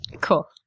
Cool